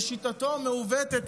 לשיטתו המעוותת,